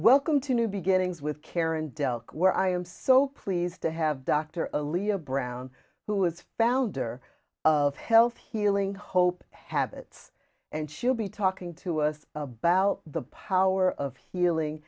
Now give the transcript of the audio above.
welcome to new beginnings with karen delk where i am so pleased to have dr aleo brown who is founder of health healing hope habits and should be talking to us about the power of healing